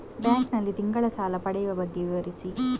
Bank ನಲ್ಲಿ ತಿಂಗಳ ಸಾಲ ಪಡೆಯುವ ಬಗ್ಗೆ ವಿವರಿಸಿ?